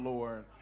Lord